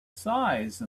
size